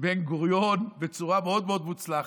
בן-גוריון בצורה מאוד מאוד מוצלחת.